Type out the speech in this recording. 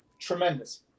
Tremendous